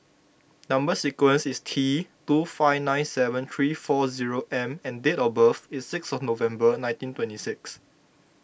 Number Sequence is T two five nine seven three four zero M and date of birth is sixth November nineteen twenty sixth